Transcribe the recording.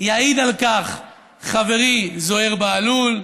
יעיד על כך חברי זוהיר בהלול,